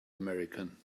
american